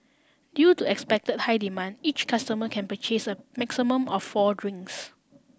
due to expect high demand each customer can purchase a maximum of four drinks